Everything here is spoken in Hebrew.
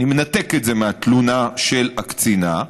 אני מנתק את זה מהתלונה של הקצינה,